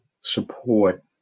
support